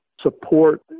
support